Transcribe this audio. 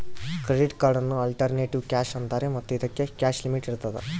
credit ಕಾರ್ಡನ್ನು alternative cash ಅಂತಾರೆ ಮತ್ತು ಇದಕ್ಕೆ ಕ್ಯಾಶ್ ಲಿಮಿಟ್ ಇರ್ತದ